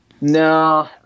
No